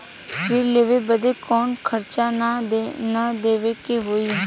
ऋण लेवे बदे कउनो खर्चा ना न देवे के होई?